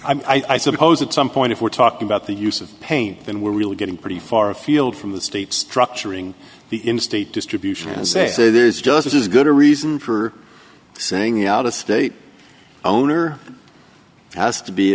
but i suppose at some point if we're talking about the use of pain then we're really getting pretty far afield from the state structuring the in state distribution and say there's just as good a reason for saying out of state owner has to be